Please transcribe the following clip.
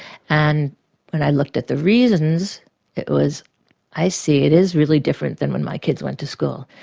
and when i looked at the reasons it was i see, it is really different than when my kids went to school.